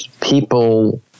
people